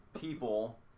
people